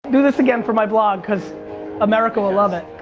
do this again for my vlog cause america will love it.